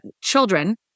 children